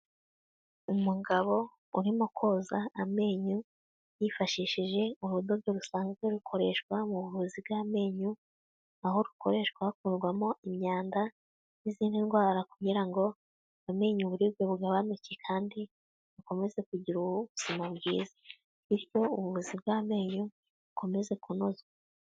Umugabo urimo koza amenyo yifashishije urudodo rusanzwe rukoreshwa mu buvuzi bw'amenyo, aho rukoreshwa hakurwarwamo imyanda n'izindi ndwara, kugira ngo amenyo uburibwe bugabanuke kandi bakomeze kugira ubuzima bwiza bityo ubuvuzi bw'amenyo bukome kunozwa.